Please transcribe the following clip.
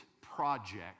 project